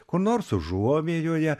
kur nors užuovėjoje